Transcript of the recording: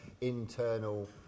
internal